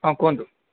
ହଁ କୁହନ୍ତୁ